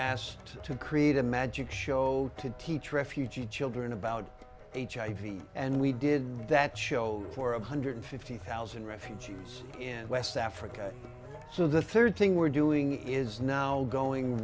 asked to create a magic show to teach refugee children about hiv and we did that show for a hundred fifty thousand refugees in west africa so the third thing we're doing is now going